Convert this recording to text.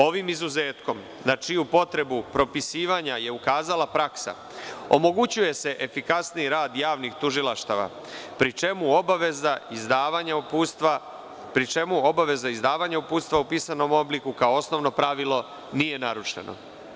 Ovim izuzetkom, na čiju potrebu propisivanja je ukazala praksa, omogućuje se efikasniji rad tužilaštva, pri čemu obaveza izdavanja uputstva u pisanom obliku, kao osnovno pravilo, nije narušeno.